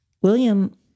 William